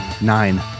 Nine